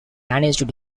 managed